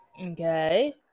Okay